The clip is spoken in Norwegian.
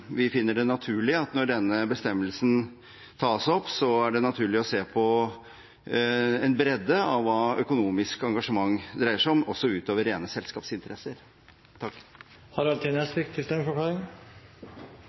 vi finner det naturlig at når denne bestemmelsen tas opp, er det naturlig å se på en bredde av hva økonomiske engasjement dreier seg om – også utover rene selskapsinteresser. Harald T.